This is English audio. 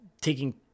taking